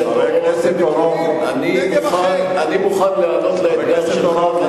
אני מוכן להיענות לאתגר שלך,